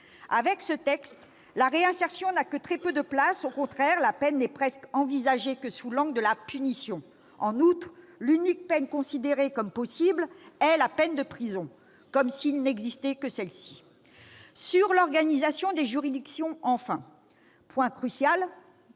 Dans ce texte, la réinsertion n'a que très peu de place ; au contraire, la peine n'est envisagée presque que sous l'angle de la punition. En outre, l'unique peine considérée comme possible est la prison, comme s'il n'existait que celle-ci. Sur l'organisation des juridictions, enfin, point crucial